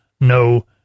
no